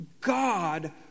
God